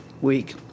week